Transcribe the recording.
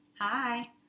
Hi